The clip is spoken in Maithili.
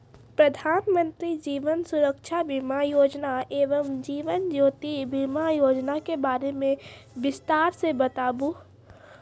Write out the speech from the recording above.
प्रधान मंत्री जीवन सुरक्षा बीमा योजना एवं जीवन ज्योति बीमा योजना के बारे मे बिसतार से बताबू?